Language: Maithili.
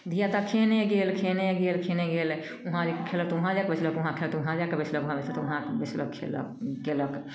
धिआपुता खेहने गेल खेहने गेल खेहने गेल उहाँ खएलक तऽ उहाँ जाकऽ बैसलक उहाँ खेलक तऽ उहाँ जाकऽ बैसलक उहाँ बैसलक खएलक कएलक